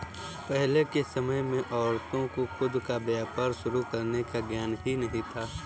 पहले के समय में औरतों को खुद का व्यापार शुरू करने का ज्ञान ही नहीं था